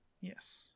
Yes